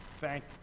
thank